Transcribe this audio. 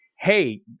hey